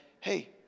hey